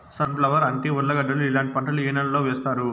Sun flower, అంటి, ఉర్లగడ్డలు ఇలాంటి పంటలు ఏ నెలలో వేస్తారు?